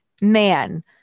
man